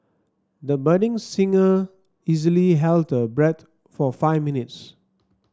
the budding singer easily held her breath for five minutes